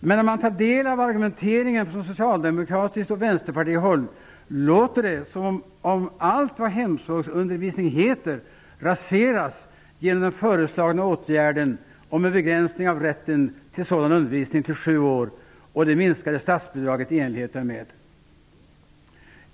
Men när man tar del av argumenteringen från socialdemokratiskt och vänsterpartistiskt håll låter det som om allt vad hemspråksundervisning heter raseras genom den föreslagna åtgärden om en begränsning av rätten till sådan undervisning till sju år och det minskade statsbidraget i enlighet därmed.